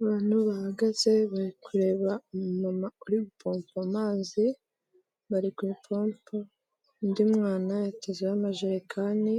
Abantu bahagaze bari kureba umumama uri gupompa amazi, bari ku ipompo, undi mwana yatezeho amajerekani,